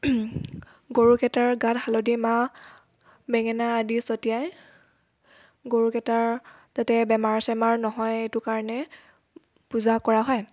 গ ৰুকেইটাৰ গাত হালধি মাহ বেঙেনা আদি ছটিয়াই গৰুকেইটাৰ যাতে বেমাৰ চেমাৰ নহয় এইটো কাৰণে পূজা কৰা হয়